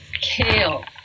kale